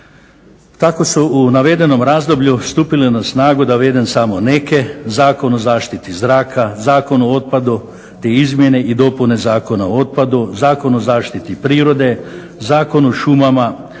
Tako su u navedenom razdoblju stupile na snagu da navedem samo neke Zakon o zaštiti zraka, Zakon o otpadu, te izmjene i dopune Zakona o otpadu, Zakon o zaštiti prirode, Zakon o šumama,